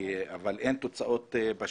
אבל אין תוצאות בשטח,